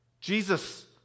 Jesus